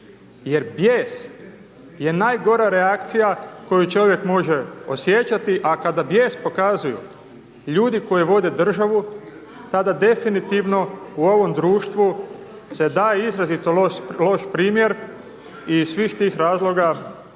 Jer bijes je najgora reakcija koju čovjek može osjećati, a kada bijes pokazuju ljudi koji vode državu, tada definitivno u ovom društvu se daje izrazito loš primjer i iz svih tih razloga,